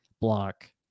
block